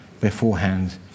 beforehand